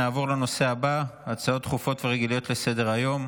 נעבור לנושא הצעות דחופות ורגילות לסדר-היום.